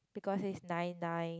because it's nine nine